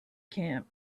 camp